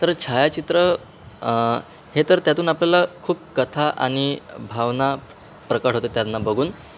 तर छायाचित्र हे तर त्यातून आपल्याला खूप कथा आणि भावना प्रकट होते त्यांना बघून